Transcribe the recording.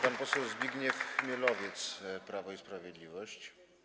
Pan poseł Zbigniew Chmielowiec, Prawo i Sprawiedliwość.